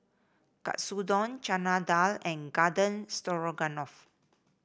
Katsudon Chana Dal and Garden Stroganoff